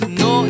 no